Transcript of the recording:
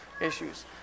issues